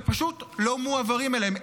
שפשוט לא מועברים אליהם.